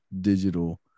digital